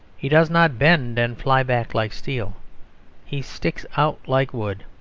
he does not bend and fly back like steel he sticks out, like wood.